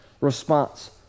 response